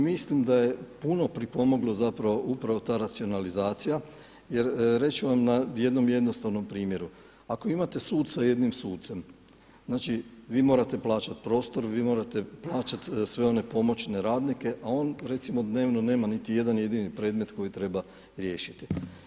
Mislim da je puno pripomoglo upravo ta racionalizacija jer reći ću vam na jednom jednostavnom primjeru, ako imate suca jednim sucem znači vi morate plaćati prostor, vi morate plaćati sve one pomoćne radnike, a on recimo nema dnevno niti jedan jedini predmet koji treba riješiti.